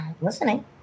listening